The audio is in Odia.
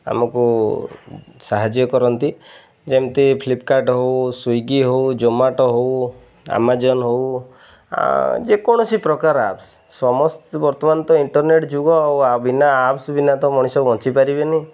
ଆମକୁ ସାହାଯ୍ୟ କରନ୍ତି ଯେମିତି ଫ୍ଲିପକାର୍ଟ ହେଉ ସ୍ଵିଗି ହେଉ ଜୋମାଟୋ ହେଉ ଆମାଜନ୍ ହେଉ ଯେକୌଣସି ପ୍ରକାର ଆପ୍ସ୍ ସମସ୍ତେ ବର୍ତ୍ତମାନ ତ ଇଣ୍ଟରନେଟ୍ ଯୁଗ ଆଉ ବିନା ଆପ୍ସ୍ ବିନା ତ ମଣିଷ ବଞ୍ଚିପାରିବେନି